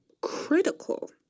critical